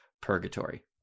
purgatory